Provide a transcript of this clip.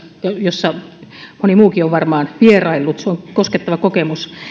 jossa moni muukin on varmaan vieraillut se on koskettava kokemus